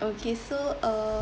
okay so uh